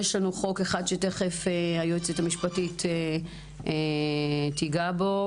יש לנו חוק אחד שתכף היועצת המשפטית תיגע בו,